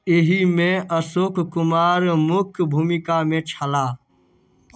एहिमे अशोक कुमार मुख्य भूमिकामे छलाह